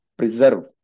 preserve